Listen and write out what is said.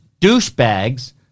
douchebags